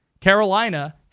Carolina